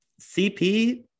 CP